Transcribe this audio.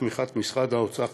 בתמיכת משרד האוצר,